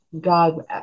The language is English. God